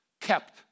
kept